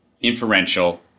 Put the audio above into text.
inferential